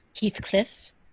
Heathcliff